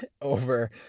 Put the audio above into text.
over